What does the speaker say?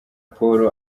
paul